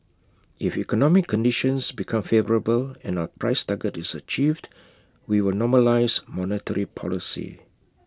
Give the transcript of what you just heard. if economic conditions become favourable and our price target is achieved we will normalise monetary policy